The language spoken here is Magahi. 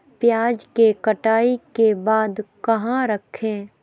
प्याज के कटाई के बाद कहा रखें?